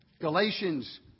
Galatians